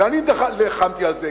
ואני נלחמתי על זה,